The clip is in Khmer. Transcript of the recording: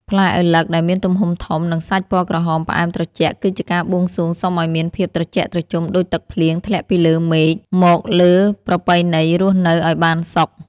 ផ្លែឪឡឹកដែលមានទំហំធំនិងសាច់ពណ៌ក្រហមផ្អែមត្រជាក់គឺជាការបួងសួងសុំឱ្យមានភាពត្រជាក់ត្រជុំដូចទឹកភ្លៀងធ្លាក់ពីលើមេឃមកលើប្រពៃណីរស់នៅឱ្យបានសុខ។